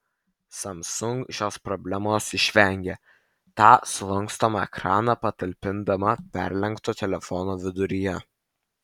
samsung šios problemos išvengė tą sulankstomą ekraną patalpindama perlenkto telefono viduryje